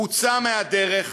הוצא מהדרך.